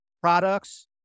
products